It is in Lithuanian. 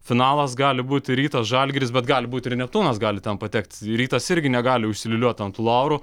finalas gali būti rytas žalgiris bet gali būti ir neptūnas gali ten patekt rytas irgi negali užsiliūliuot ant laurų